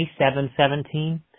27.17